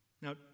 Now